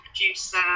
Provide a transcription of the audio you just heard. producer